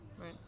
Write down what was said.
Right